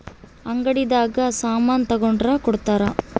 ಅಂಗಡಿ ದಾಗ ಸಾಮನ್ ತಗೊಂಡ್ರ ಕೊಡ್ತಾರ